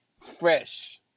fresh